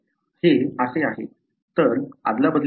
हे असे आहे तर अदला बदल झाली आहे